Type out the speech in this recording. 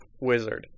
Wizard